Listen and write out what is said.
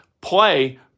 play